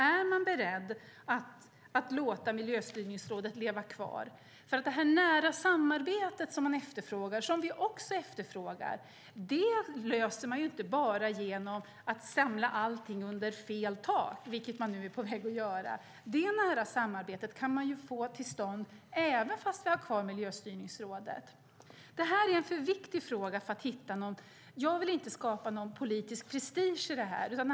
Är han beredd att låta Miljöstyrningsrådet leva kvar? Det nära samarbete som efterfrågas och som vi också efterfrågar löser man inte genom att samla allting under fel tak, vilket man nu är på väg att göra. Det nära samarbetet kan man få till stånd även om Miljöstyrningsrådet finns kvar. Jag vill inte skapa någon politisk prestige i frågan.